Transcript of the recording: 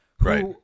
Right